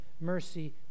mercy